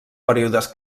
períodes